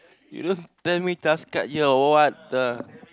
you don't tell me task card here or what the